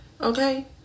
okay